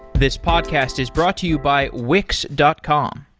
this podcast is brought to you by wix dot com.